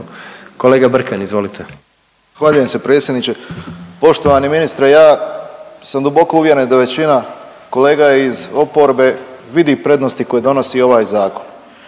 **Brkan, Jure (HDZ)** Zahvaljujem se predsjedniče. Poštovani ministre ja sam duboko uvjeren da većina kolega iz oporbe vidi prednosti koje donosi ovaj zakon.